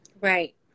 right